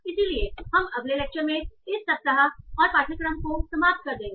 इसलिए हम अगले लेक्चर में इस सप्ताह और पाठ्यक्रम को समाप्त कर देंगे